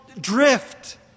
drift